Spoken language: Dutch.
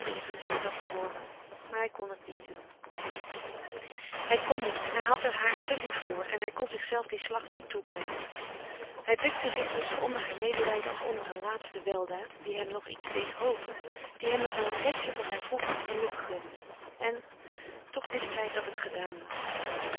in het gezicht had geworpen maar hij kon niet hij had er haar te lief voor en hij kon zichzelven dien slag niet toebrengen hij bukte zich dus onder haar medelijden als onder een laatste weldaad die hem nog iets deed hopen die hem nog een restje van zijn vroeger geluk gunde en toch wist hij dat het gedaan was